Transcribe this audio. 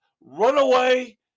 Runaway